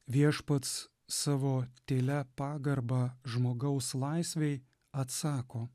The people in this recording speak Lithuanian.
viešpats savo tylia pagarba žmogaus laisvei atsako